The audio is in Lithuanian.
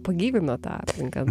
pagyvino tą aplinką